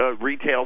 Retail